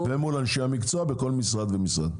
ומול אנשי המקצוע בכל משרד ומשרד.